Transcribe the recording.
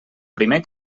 primer